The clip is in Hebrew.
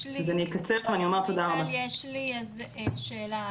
יש לי שאלה.